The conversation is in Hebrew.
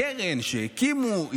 הקרן שהקימו,